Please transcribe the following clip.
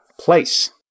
place